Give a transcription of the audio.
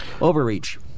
Overreach